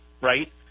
right